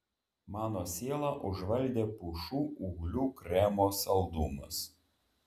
mano sielą užvaldė pušų ūglių kremo saldumas